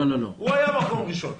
הוא היה מקום ראשון.